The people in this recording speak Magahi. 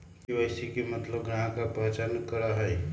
के.वाई.सी के मतलब ग्राहक का पहचान करहई?